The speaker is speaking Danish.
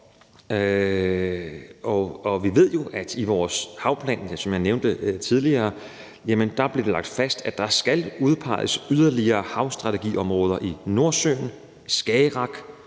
Vi ved jo, at i vores havplan, som jeg nævnte tidligere, blev det lagt fast, at der skal udpeges yderligere havstrategiområder i Nordsøen, Skagerrak,